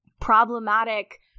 problematic